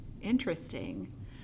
Interesting